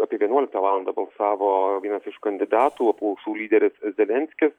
apie vienuoliktą valandą balsavo vienas iš kandidatų apklausų lyderis zelenskis